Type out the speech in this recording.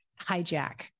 hijack